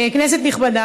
כנסת נכבדה,